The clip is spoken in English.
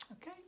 Okay